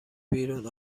بیرون